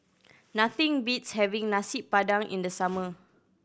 nothing beats having Nasi Padang in the summer